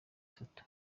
itatu